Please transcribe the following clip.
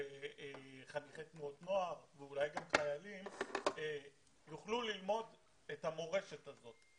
וחניכי תנועות נוער ואולי גם חיילים יוכלו ללמוד את המורשת הזאת,